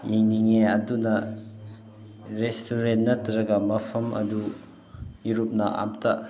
ꯌꯦꯡꯅꯤꯡꯉꯦ ꯑꯗꯨꯅ ꯔꯦꯁꯇꯨꯔꯦꯟ ꯅꯠꯇ꯭ꯔꯒ ꯃꯐꯝ ꯑꯗꯨ ꯏꯔꯨꯞꯅ ꯑꯝꯇ